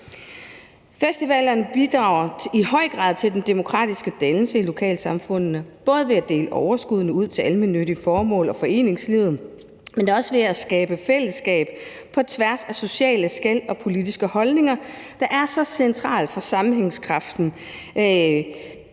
Festivalerne bidrager i høj grad til den demokratiske dannelse i lokalsamfundene, både ved at dele overskuddene ud til almennyttige formål og foreningslivet, men også ved at være med til at skabe fællesskab på tværs af sociale skel og politiske holdninger, og det er så centralt for sammenhængskraften